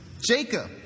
Jacob